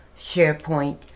SharePoint